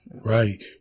right